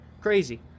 Crazy